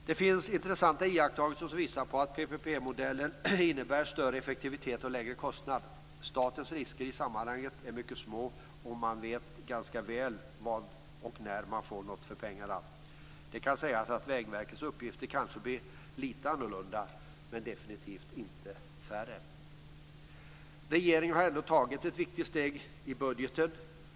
Det finns intressanta iakttagelser som visar att PPP-modellen innebär större effektivitet och lägre kostnader. Statens risker är i sammanhanget mycket små, och man vet ganska väl vad och när man får något för pengarna. Det kan sägas att Vägverkets uppgifter kanske blir lite annorlunda men definitivt inte färre. Regeringen har ändå tagit ett viktigt steg i budgeten.